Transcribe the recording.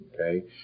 Okay